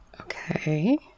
Okay